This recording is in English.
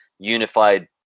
unified